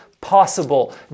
possible